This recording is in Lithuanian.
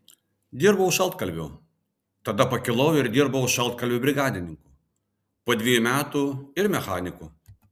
dirbau šaltkalviu tada pakilau ir dirbau šaltkalviu brigadininku po dviejų metų ir mechaniku